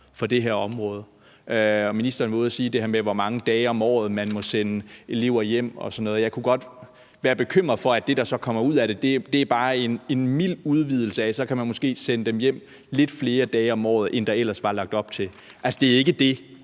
for det her område. Ministeren var ude at sige det her med, hvor mange dage om året man må sende elever hjem og sådan noget, og jeg kunne godt være bekymret for, at det, der så kommer ud af det, bare er en mild udvidelse af det, altså at så kan man måske sende dem hjem lidt flere dage om året, end der ellers var lagt op til. Altså, det er ikke det,